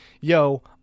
yo